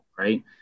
Right